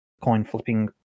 coin-flipping